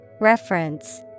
Reference